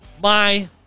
Bye